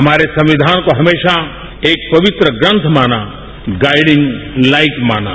हमारे संविधान को हमेशा एक पवित्र ग्रंथ माना गाइडिंग लाइक माना